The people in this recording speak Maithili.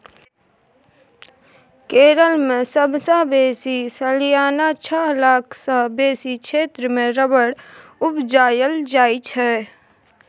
केरल मे सबसँ बेसी सलियाना छअ लाख सँ बेसी क्षेत्र मे रबर उपजाएल जाइ छै